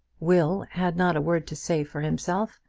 will had not a word to say for himself,